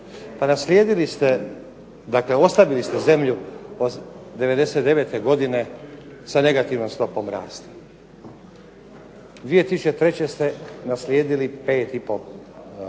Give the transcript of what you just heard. Pa naslijedili ste, dakle ostavili ste zemlju '99. godine sa negativnom stopom rasta. 2003. ste naslijedili 5 i po